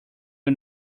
are